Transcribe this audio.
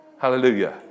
Hallelujah